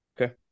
Okay